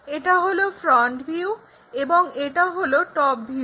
এটা হলো front view এবং এটা হলো টপ ভিউ